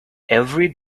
every